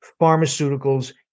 pharmaceuticals